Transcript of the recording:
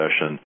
session